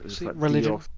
religion